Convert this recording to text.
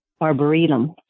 Arboretum